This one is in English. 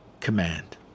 command